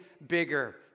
bigger